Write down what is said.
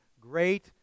Great